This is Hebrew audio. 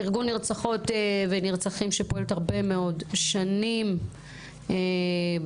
ארגון נרצחות ונרצחים שפועלת הרבה מאוד שנים בתחום.